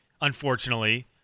unfortunately